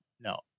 no